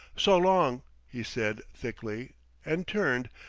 so long! he said thickly and turned,